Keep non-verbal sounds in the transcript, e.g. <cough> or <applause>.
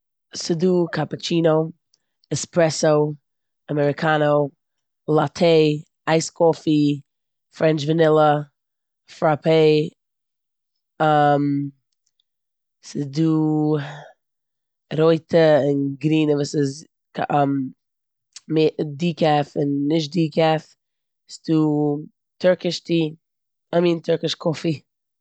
ס'דא פראפפאטשינוי, עספרעסוי, לאטטע, אייס קאפי, פרענטש וואנילע, פראפפע, <hesitation> ס'דא רויטע און גרינע וואס איז ק- <hesitation> מע- דיקעף און נישט דיקעף, ס'דא טערקיש טי, כ'מיין טערקיש קאפי.